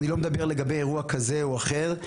אני לא מדבר על אירוע כזה או אחר,